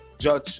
Judge